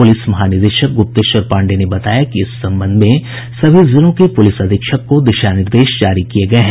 police महानिदेशक गुप्तेश्वर पांडेय ने बताया कि इस संबंध में सभी जिलों के पुलिस अधीक्षक को दिशा निर्देश जारी किये गये हैं